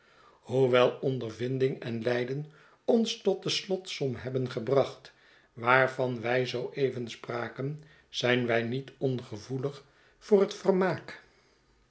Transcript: hoewel ondervinding en lijden ons tot de slotsom hebben gebracht waarvan wij zoo even spraken zijn wij niet ongevoelig voor het vermaak